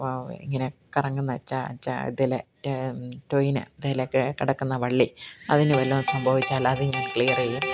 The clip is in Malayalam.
പ ഇങ്ങനെ കറങ്ങുന്ന ഇതിൽ ട്വയിൻ ഇതിലൊക്കെ കിടക്കുന്ന വള്ളി അതിന് വല്ലതും സംഭവിച്ചാൽ അതിനെ ക്ലിയർ ചെയ്യും